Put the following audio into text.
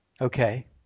Okay